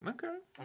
Okay